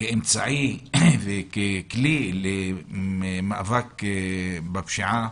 כאמצעי וככלי למאבק בפשיעה